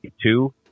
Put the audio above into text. two